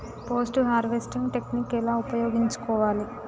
Post harvesting technique ఎలా ఉపయోగించుకోవాలి?